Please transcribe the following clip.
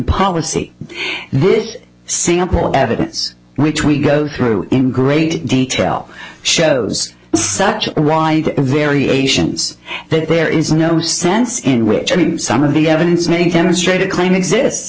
policy this sample of evidence which we go through in great detail shows such wide variations that there is no sense in which i mean some of the evidence may demonstrate a claim exists